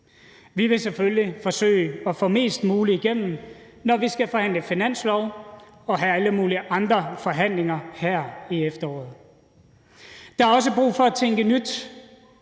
Vi vil selvfølgelig forsøge at få mest muligt igennem, når vi skal forhandle finanslov og have alle mulige andre forhandlinger her i efteråret. Der er også brug for at tænke nyt